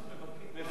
מפקח חיצוני?